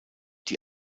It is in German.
die